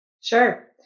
Sure